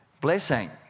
blessing